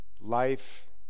life